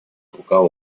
рука